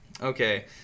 Okay